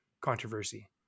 controversy